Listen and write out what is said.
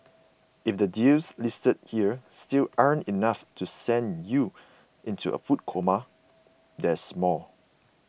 if the deals listed here still aren't enough to send you into a food coma there's more